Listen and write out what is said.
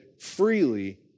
freely